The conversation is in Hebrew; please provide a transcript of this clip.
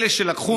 אלה שלקחו,